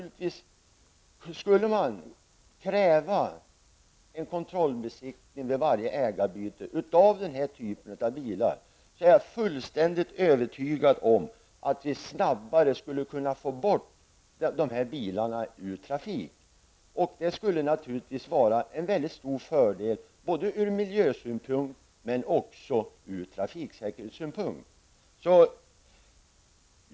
Skulle man kräva kontrollbesiktning vid varje ägarbyte av denna typ av bilar, så skulle vi snabbare få bort de här bilarna ur trafiken -- det är jag övertygad om. Det skulle naturligtvis vara en mycket stor fördel, både ur miljösynpunkt och ur trafiksäkerhetssynpunkt.